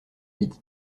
midi